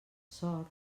sort